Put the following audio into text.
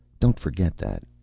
don't forget that.